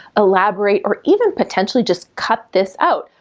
elaborate or even potentially just cut this out.